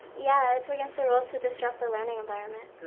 yeah, it's against the rules to disrupt the learning environment.